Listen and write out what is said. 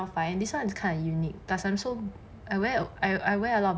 cannot find and this one is kind of unique plus so I wear I I wear a lot